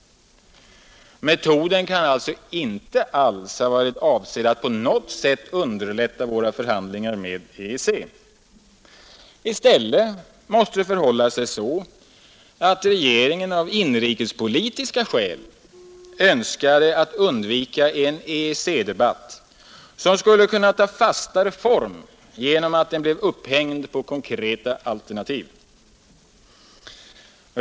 Metoden kan alltså inte alls ha varit avsedd att på något sätt underlätta våra förhandlingar med EEC. I stället måste det förhålla sig så att regeringen av inrikespolitiska skäl önskade undvika en EEC-debatt som skulle kunna ta fastare form genom att den blev upphängd på konkreta alternativ.